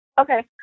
Okay